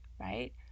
right